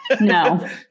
No